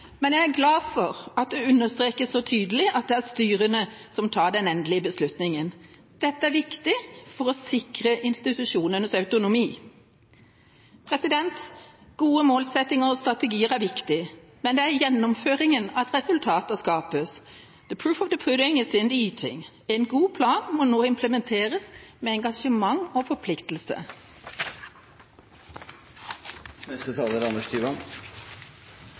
men jeg er glad for at det understrekes så tydelig at det er styrene som tar den endelige beslutningen. Dette er viktig for å sikre institusjonenes autonomi. Gode målsettinger og strategier er viktig, men det er i gjennomføringen at resultater skapes. «The proof of the pudding is in the eating.» En god plan må nå implementeres med engasjement og forpliktelse. Landet vårt er